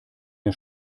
mir